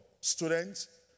students